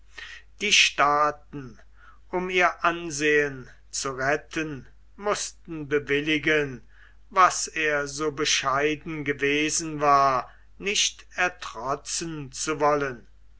die staaten um ihr ansehen zu retten mußten bewilligen was er so bescheiden gewesen war nicht ertrotzen zu wollen